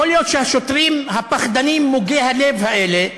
יכול להיות שהשוטרים הפחדנים, מוגי הלב האלה,